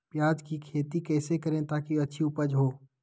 प्याज की खेती कैसे करें ताकि अच्छी उपज हो?